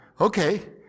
Okay